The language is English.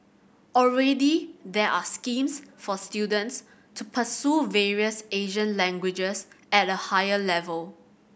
already there are schemes for students to pursue various Asian languages at a higher level